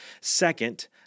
Second